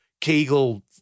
Kegel